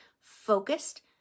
focused